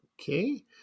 Okay